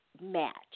match